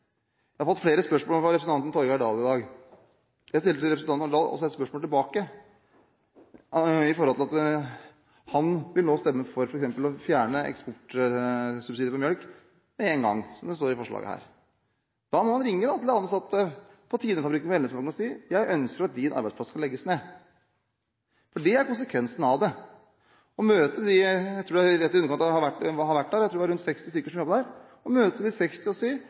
Jeg har fått flere spørsmål fra representanten Torgeir Dahl i dag. Jeg stilte også representanten Dahl et spørsmål tilbake, angående det at han nå vil stemme for f.eks. å fjerne eksportsubsidier på melk med én gang, som det står i forslaget her. Da må han ringe til ansatte på Tine-fabrikken i Elnesvågen og si: Jeg ønsker at din arbeidsplass skal legges ned. Det er konsekvensen av det. Han må – jeg har vært der, jeg tror det er rundt 60 personer som jobber der – møte de 60 ansatte og si: